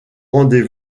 rendez